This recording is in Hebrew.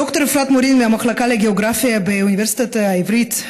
ד"ר אפרת מורין מהמחלקה לגיאוגרפיה באוניברסיטה העברית,